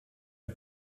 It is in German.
der